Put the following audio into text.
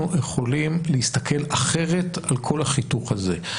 יכולים להסתכל אחרת על כל החיתוך הזה.